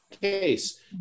case